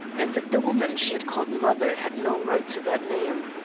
and that the woman she had called mother had no right to that name.